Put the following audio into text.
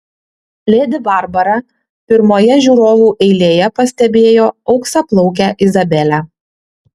ledi barbara pirmoje žiūrovų eilėje pastebėjo auksaplaukę izabelę